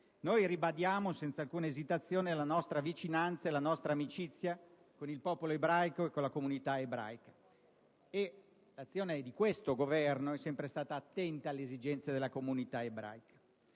Ribadiamo senza alcuna esitazione la nostra vicinanza e la nostra amicizia con il popolo ebraico e con la comunità ebraica. L'azione di questo Governo è sempre stata attenta alle esigenze della comunità ebraica.